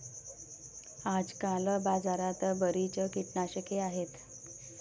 आजकाल बाजारात बरीच कीटकनाशके आहेत